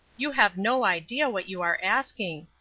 you have no idea what you are asking!